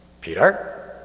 Peter